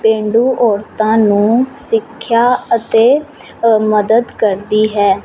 ਪੇਂਡੂ ਔਰਤਾਂ ਨੂੰ ਸਿੱਖਿਆ ਅਤੇ ਮਦਦ ਕਰਦੀ ਹੈ